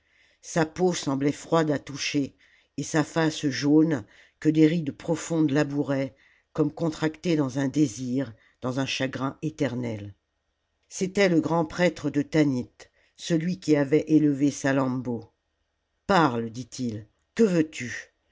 sa peau semblait froide à toucher et sa face jaune que des rides profondes labouraient comme contractée dans un désir dans un chagrin éternel c'était le grand-prêtre de tanit celui qui avait élevé salammbô parle dit-il que veux-tu